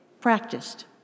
practiced